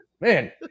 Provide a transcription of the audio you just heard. man